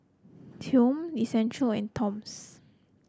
Chomel Essential and Toms